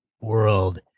World